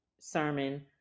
sermon